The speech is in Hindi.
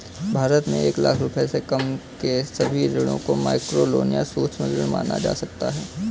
भारत में एक लाख रुपए से कम के सभी ऋणों को माइक्रोलोन या सूक्ष्म ऋण माना जा सकता है